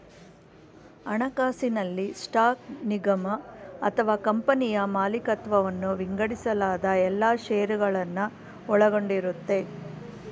ಹಣಕಾಸಿನಲ್ಲಿ ಸ್ಟಾಕ್ ನಿಗಮ ಅಥವಾ ಕಂಪನಿಯ ಮಾಲಿಕತ್ವವನ್ನ ವಿಂಗಡಿಸಲಾದ ಎಲ್ಲಾ ಶೇರುಗಳನ್ನ ಒಳಗೊಂಡಿರುತ್ತೆ